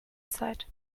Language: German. zeit